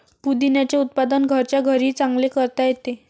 पुदिन्याचे उत्पादन घरच्या घरीही चांगले करता येते